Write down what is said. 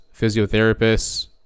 physiotherapists